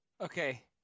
Okay